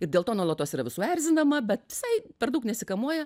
ir dėl to nuolatos yra visų erzinama bet visai per daug nesikamuoja